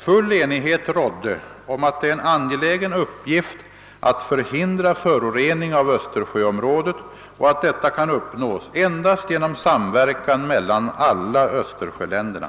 Full enighet rådde om att det är en angelägen uppgift att förhindra förorening av Östersjöområdet och att detta kan uppnås endast genom samverkan mellan alla östersjöländerna.